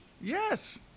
Yes